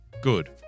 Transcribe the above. Good